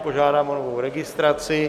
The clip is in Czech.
Požádám o novou registraci.